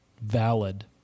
valid